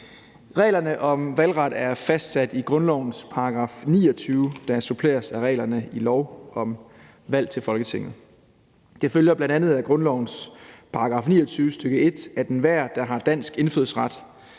Reglerne om valgret er fastsat i grundlovens § 29, der suppleres af reglerne i lov om valg til Folketinget. Det følger bl.a. af grundlovens § 29, stk. 1, at enhver, der har dansk indfødsret,